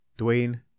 Dwayne